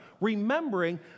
remembering